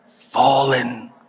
Fallen